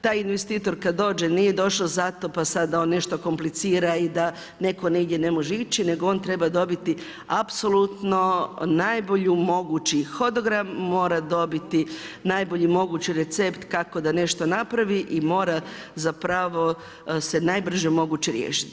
Taj investitor kada dođe nije došao zato pa sada da on nešto komplicira i da netko nigdje ne može ići nego on treba dobiti apsolutno najbolji mogući hodogram, mora dobiti najbolji mogući recept kako da nešto napravi i mora zapravo se najbrže moguće riješiti.